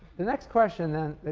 the next question then-now,